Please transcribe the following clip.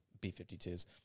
B-52s